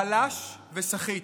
הוא חלש וסחיט.